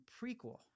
prequel